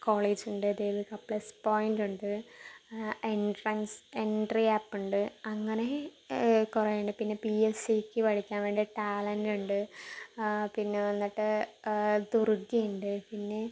കോളേജുണ്ട് Devika plus point ഉണ്ട് entrance entry app ഉണ്ട് അങ്ങനെ കുറേ ഉണ്ട് പിന്നെ പി എസ് സീക്ക് പഠിക്കാൻ വേണ്ടി ടാലൻറ്റ് ഉണ്ട് പിന്നെ വന്നിട്ട് ദുർഗ്ഗ ഉണ്ട് പിന്നെ